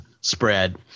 spread